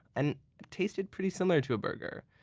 and it tasted pretty similar to a burger.